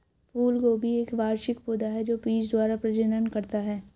फूलगोभी एक वार्षिक पौधा है जो बीज द्वारा प्रजनन करता है